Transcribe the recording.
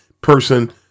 person